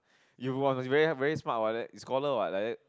you !wah! must be very very smart what like that scholar what like that